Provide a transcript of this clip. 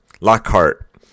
Lockhart